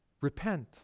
Repent